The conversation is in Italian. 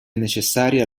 necessaria